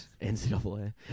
NCAA